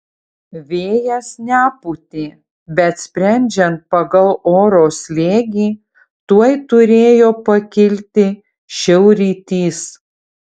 vėjas nepūtė bet sprendžiant pagal oro slėgį tuoj turėjo pakilti šiaurrytys